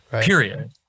period